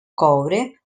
coure